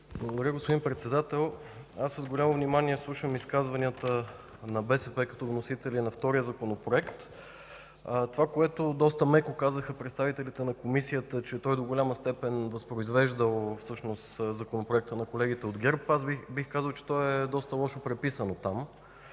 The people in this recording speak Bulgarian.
Благодаря, господин Председател. С голямо внимание слушам изказванията на БСП като вносители на втория Законопроект. Това, което доста меко казаха представителите на Комисията, е, че той до голяма степен възпроизвеждал всъщност Законопроекта на колегите от ГЕРБ, аз бих казал, че той е преписан доста